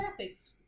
graphics